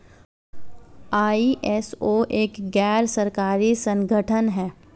ISO एक गैर सरकारी संगठन है